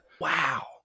Wow